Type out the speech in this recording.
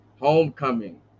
Homecoming